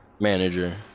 manager